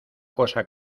cosa